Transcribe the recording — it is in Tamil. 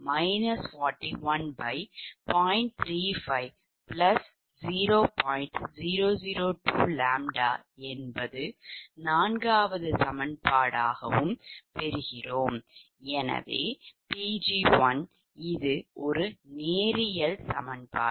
எனவே Pg1 𝜆 இது ஒரு நேரியல் சமன்பாடு